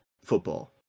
football